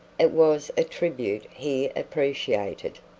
it was a tribute he appreciated.